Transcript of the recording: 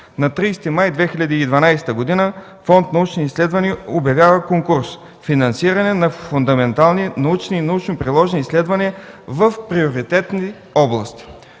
На 30 май 2012 г. Фонд „Научни изследвания” обявява конкурс – „Финансиране на фундаментални, научни и научно-приложни изследвания в приоритетни области”.